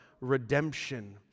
redemption